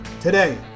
Today